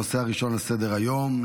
הנושא הראשון על סדר-היום,